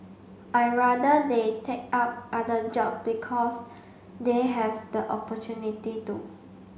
I'd rather they take up other job because they have the opportunity to